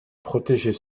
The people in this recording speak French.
protéger